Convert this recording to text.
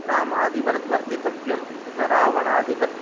रामादिवत् वर्तितव्यं न रावणादिवत्